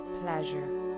pleasure